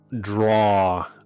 draw